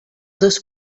dos